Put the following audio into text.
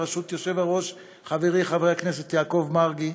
בראשות היושב-ראש חברי חבר הכנסת יעקב מרגי,